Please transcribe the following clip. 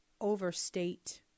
overstate